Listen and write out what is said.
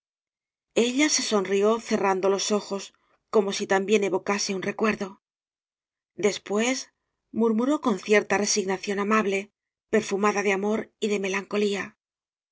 se sonrió cerrando los ojos como si también evocase un recuerdo después mur muró con cierta resignación amable perfu mada de amor y de melancolía